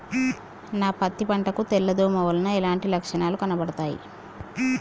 నా పత్తి పంట కు తెల్ల దోమ వలన ఎలాంటి లక్షణాలు కనబడుతాయి?